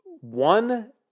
one